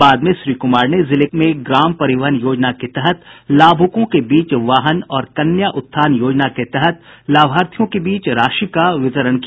बाद में श्री कुमार ने जिले में ग्राम परिवहन योजना के तहत लाभुकों के बीच वाहन और कन्या उत्थान योजना के तहत लाभार्थियों के बीच राशि का वितरण किया